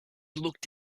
looked